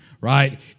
Right